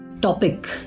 topic